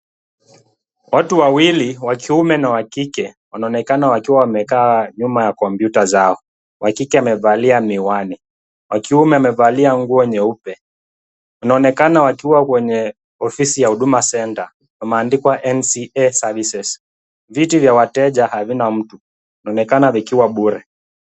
Watu wawili wa kiume na wa kike, wanaonekana wakiwa wamekaa nyuma ya komputa zao. Wa kike amevalia miwani, wa kiume amevalia nguo nyeupe. Wanaonekana wakiwa kwenye ofisi ya Huduma Centre. Pameandikwa NCA Services . Viti vya wateja havina mtu, vinaonekana vikiwa bure.